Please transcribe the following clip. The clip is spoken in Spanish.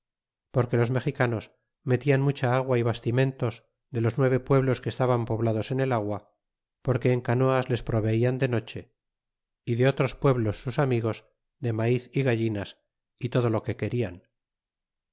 porque los mexicanos metian mucha agua y bastimentos de los nueve pueblos que estaban poblados en el agua porque en canoas les proveian de noche é de otros pueblos sus amigos de maiz y gallinas y todo lo que querian